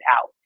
out